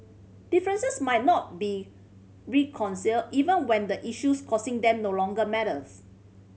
differences might not be reconciled even when the issues causing them no longer matters